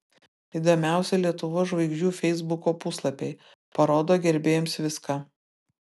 įdomiausi lietuvos žvaigždžių feisbuko puslapiai parodo gerbėjams viską